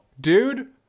Dude